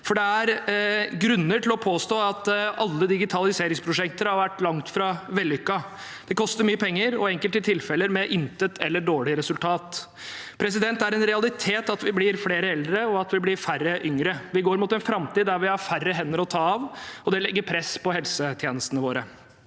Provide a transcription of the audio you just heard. Det er grunner til å påstå at langt fra alle digitaliseringsprosjekter har vært vellykkede. Det koster mye penger, og i enkelte tilfeller med intet eller dårlig resultat. Det er en realitet at vi blir flere eldre, og at vi blir færre yngre. Vi går mot en framtid der vi har færre hender å ta av. Det legger press på helsetjenestene våre.